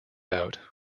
out